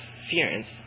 interference